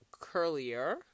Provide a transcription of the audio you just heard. curlier